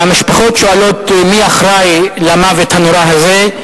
המשפחות שואלות מי אחראי למוות הנורא הזה.